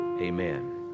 Amen